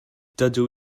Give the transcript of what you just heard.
dydw